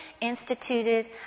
instituted